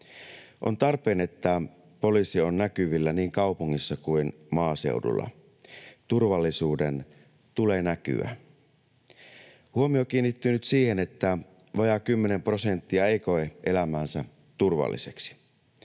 On tarpeen, että poliisi on näkyvillä niin kaupungissa kuin maaseudulla. Turvallisuuden tulee näkyä. Huomio kiinnittyy nyt siihen, että vajaa kymmenen prosenttia ei koe elämäänsä turvalliseksi.